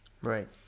Right